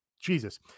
Jesus